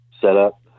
setup